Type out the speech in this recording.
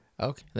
Okay